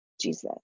Jesus